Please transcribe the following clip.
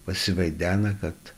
pasivaidena kad